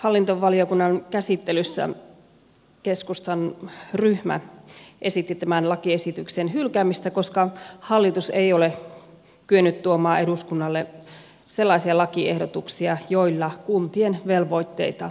hallintovaliokunnan käsittelyssä keskustan ryhmä esitti tämän lakiesityksen hylkäämistä koska hallitus ei ole kyennyt tuomaan eduskunnalle sellaisia lakiehdotuksia joilla kuntien velvoitteita kevennettäisiin